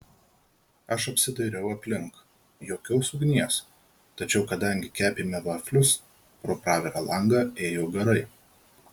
aš apsidairiau aplink jokios ugnies tačiau kadangi kepėme vaflius pro pravirą langą ėjo garai